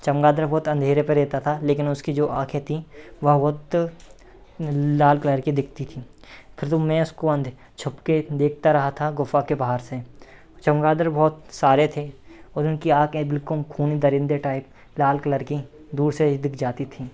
चमगादड़ बहुत अन्धेरे में रहता था लेकिन उसकी जो आँखें थीं वह बहुत लाल कलर की दिखती थीं फिर जब मैं उसको अन्ध छुपकर देखता रहा था गुफ़ा के बाहर से चमगादड़ बहुत सारे थे और उनकी आँखें बिल्कुल खूनी दरिन्दे टाइप लाल कलर की दूर से ही दिख जाती थीं